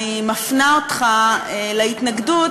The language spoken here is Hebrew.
אני מפנה אותך להתנגדות,